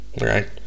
right